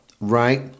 right